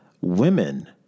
women